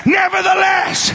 nevertheless